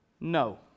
No